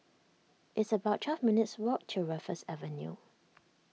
it's about twelve minutes' walk to Raffles Avenue